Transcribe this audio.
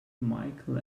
micheal